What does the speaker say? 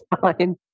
fine